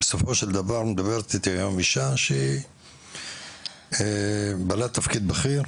בסופו של דבר מדברת איתי היום אשה שהיא בעלת תפקיד בכיר,